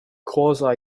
quasi